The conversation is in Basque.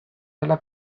dela